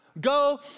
Go